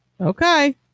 Okay